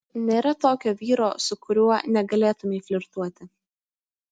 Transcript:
nėra tokio vyro su kuriuo negalėtumei flirtuoti